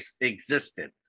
existed